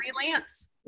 freelance